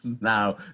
now